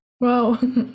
wow